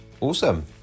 Awesome